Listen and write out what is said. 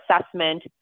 assessment